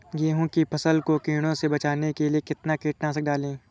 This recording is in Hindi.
गेहूँ की फसल को कीड़ों से बचाने के लिए कितना कीटनाशक डालें?